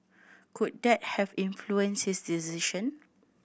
could that have influenced his decision